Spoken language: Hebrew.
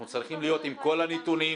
אנחנו צריכים להיות עם כל הנתונים,